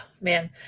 Man